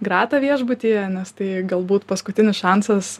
grata viešbutyje nes tai galbūt paskutinis šansas